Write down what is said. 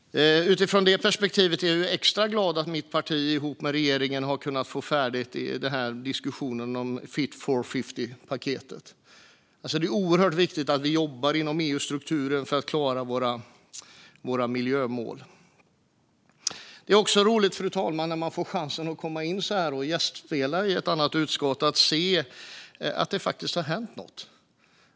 Utifrån det perspektivet är jag extra glad att mitt parti ihop med regeringen har kunnat få färdigt diskussionen om Fit for 55-paketet. Det är oerhört viktigt att vi jobbar inom EU-strukturen för att klara våra miljömål. När man får chansen att komma in så här och gästspela i ett annat utskott är det också roligt, fru talman, att se att det faktiskt har hänt något.